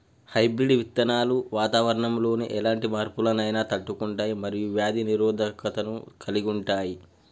hybrid విత్తనాలు వాతావరణంలోని ఎలాంటి మార్పులనైనా తట్టుకుంటయ్ మరియు వ్యాధి నిరోధకతను కలిగుంటయ్